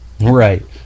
Right